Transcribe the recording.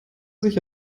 sich